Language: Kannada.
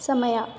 ಸಮಯ